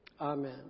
Amen